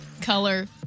Color